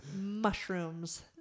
Mushrooms